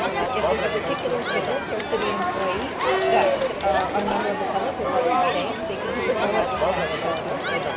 if there's a particular service or city employee that a member of the public would like to thank they can do so at the staff shout outs.